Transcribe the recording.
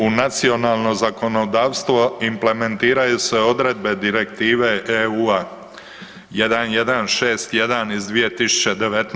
U nacionalno zakonodavstvo implementiraju se odredbe direktive EU 1161 iz 2019.